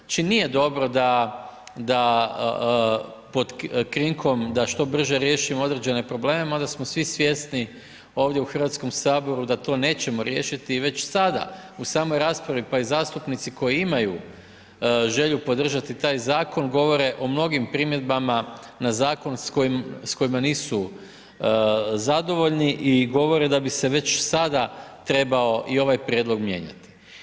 Nije dobro, da pod krinkom da što brže riješimo određene probleme, mada smo svi svjesni ovdje u Hrvatskom saboru, da to nećemo riješiti, već sada u samoj raspravi, pa i zastupnici, koji imaju želju podržati taj zakon, govore o mnogim primjedbama na zakon s kojima nisu zadovoljni i govore da bi se već sad trebao i ovaj prijedlog mijenjati.